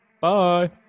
Bye